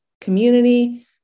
community